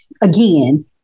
again